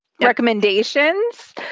recommendations